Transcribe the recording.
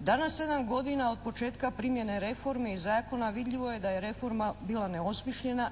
Danas 7 godina od početka primjene reforme i zakona vidljivo je da je reforma bila neosmišljena,